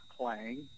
playing